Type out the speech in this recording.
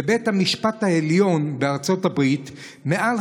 בבית המשפט העליון בארצות הברית מעל